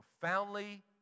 profoundly